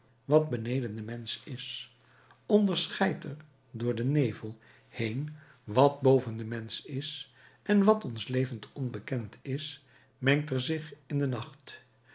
wat beneden den mensch is onderscheidt er door den nevel heen wat boven den mensch is en wat ons levend onbekend is mengt er zich in den nacht